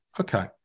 Okay